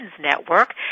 Network